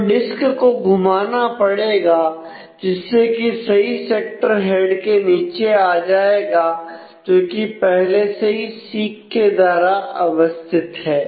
तो डिस्क को घुमाना पड़ेगा जिससे कि सही सेक्टर हेड के नीचे आ जाएगा जो कि पहले से ही सीक के द्वारा अवस्थित है